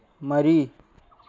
ꯃꯔꯤ